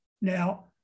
Now